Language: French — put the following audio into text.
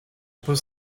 peux